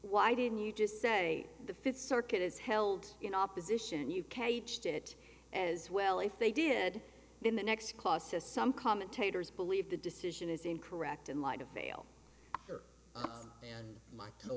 why didn't you just say the fifth circuit is held in opposition you k h did it as well if they did then the next cost to some commentators believe the decision is incorrect in light of fail and my